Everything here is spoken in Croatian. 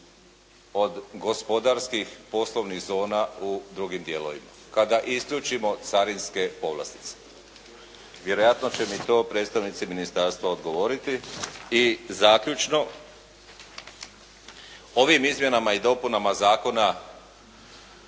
od gospodarskih poslovnih zona u drugim dijelovima kada isključimo carinske povlastice. Vjerojatno će mi to predstavnici ministarstva odgovoriti. I zaključno. Ovim izmjenama i dopunama zakona